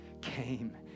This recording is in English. came